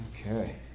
Okay